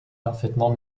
parfaitement